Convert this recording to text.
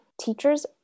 teachers